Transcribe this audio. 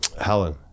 helen